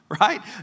Right